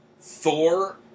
Thor